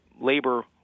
labor